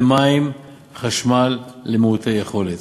למים ולחשמל למעוטי יכולת.